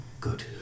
Good